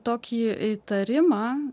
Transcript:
tokį įtarimą